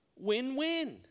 win-win